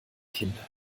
kinder